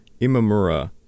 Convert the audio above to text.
Imamura